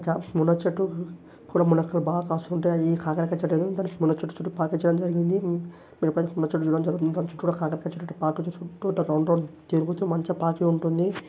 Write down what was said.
జా మునగ చెట్టు కూడా మునకాయలు బాగా కాస్తుంటాయి ఈ కాకరకాయ చెట్టుని మునగ చెట్టు చుట్టూ పాకించడం జరిగింది మునగ చెట్టు చుట్టూ చుట్టడం వల్ల కాకరకాయ చెట్టు బాగా పాకి ఇట్లా రౌండ్ రౌండ్ తిరుగుతూ మంచిగా పాకుతూ ఉంటుంది